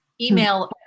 email